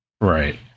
Right